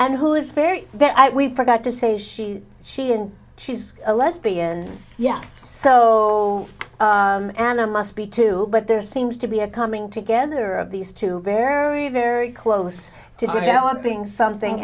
and who is very that we forgot to say she she and she's a lesbian yes so and i must be too but there seems to be a coming together of these two very very close to developing something